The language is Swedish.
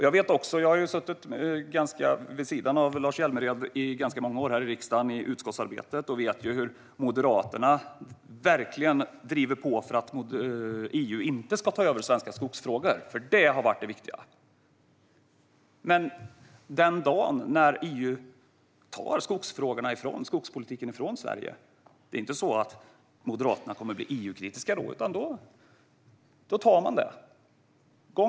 Jag har suttit vid sidan av Lars Hjälmered i utskottsarbetet här i riksdagen under ganska många år, och jag vet hur Moderaterna verkligen driver på för att EU inte ska ta över svenska skogsfrågor. Det har varit det viktiga. Men den dag när EU tar skogsfrågorna och skogspolitiken ifrån Sverige kommer Moderaterna inte att bli EU-kritiska, utan då tar man det.